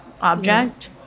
object